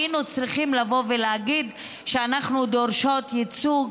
היינו צריכות לבוא ולהגיד שאנחנו דורשות ייצוג,